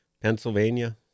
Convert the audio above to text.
Pennsylvania